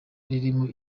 ririmo